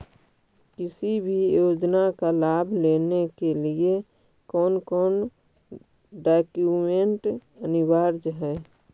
किसी भी योजना का लाभ लेने के लिए कोन कोन डॉक्यूमेंट अनिवार्य है?